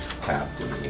Captain